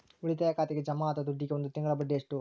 ಉಳಿತಾಯ ಖಾತೆಗೆ ಜಮಾ ಆದ ದುಡ್ಡಿಗೆ ಒಂದು ತಿಂಗಳ ಬಡ್ಡಿ ಎಷ್ಟು?